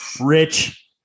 Rich